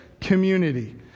community